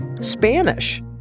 Spanish